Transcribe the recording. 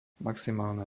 maximálna